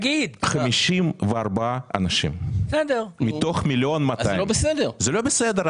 54 אנשים מתוך 1,200,000. זה לא בסדר.